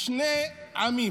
שני עמים: